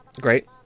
Great